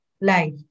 life